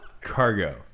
Cargo